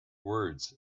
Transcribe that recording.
words